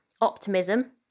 optimism